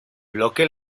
bloque